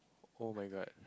oh-my-god